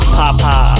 papa